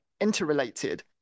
interrelated